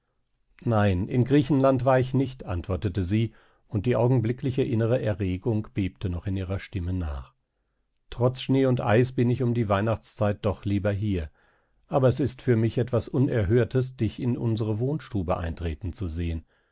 nein in griechenland war ich nicht antwortete sie und die augenblickliche innere erregung bebte noch in ihrer stimme nach trotz schnee und eis bin ich um die weihnachtszeit doch lieber hier aber es ist für mich etwas unerhörtes dich in unsere wohnstube eintreten zu sehen